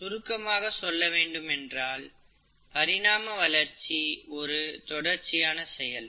சுருக்கமாக சொல்ல வேண்டுமென்றால் பரிணாம வளர்ச்சி ஒரு தொடர்ச்சியான செயல்